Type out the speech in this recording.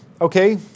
Okay